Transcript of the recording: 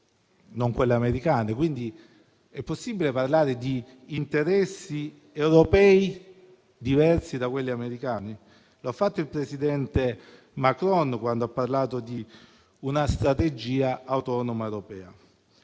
non quelle americane, quindi è possibile parlare di interessi europei diversi da quelli americani? Lo ha fatto il presidente Macron quando ha parlato di una strategia autonoma europea.